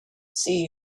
see